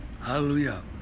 Hallelujah